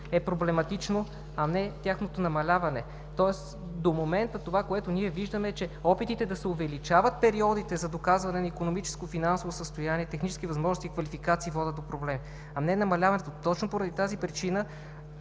е проблематично, а не тяхното намаляване. Тоест до момента това, което ние виждаме, е, че опитите да се увеличават периодите за доказване на икономическо, финансово състояние и технически възможности и квалификации, водят до проблеми, а не намаляването. Точно по тази причина